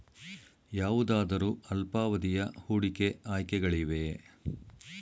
ಯಾವುದಾದರು ಅಲ್ಪಾವಧಿಯ ಹೂಡಿಕೆ ಆಯ್ಕೆಗಳಿವೆಯೇ?